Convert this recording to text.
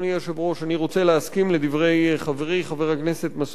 אני רוצה להסכים לדברי חברי חבר הכנסת מסעוד גנאים,